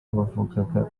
bavugaga